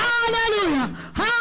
Hallelujah